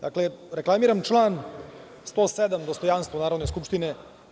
Dakle, reklamiram član 107, dostojanstvo Narodne skupštine.